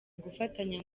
gufatanya